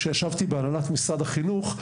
כשישבתי בהנהלת משרד החינוך,